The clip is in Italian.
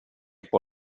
può